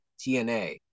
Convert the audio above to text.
TNA